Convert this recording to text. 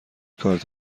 کارت